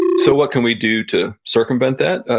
so what can we do to circumvent that?